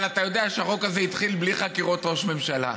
אבל אתה יודע שהחוק הזה התחיל בלי חקירות ראש הממשלה,